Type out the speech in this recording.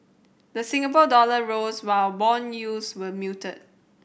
the Singapore dollar rose while bond yields were muted